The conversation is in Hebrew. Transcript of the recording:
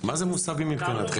מה זה מוסבים מבחינתכם?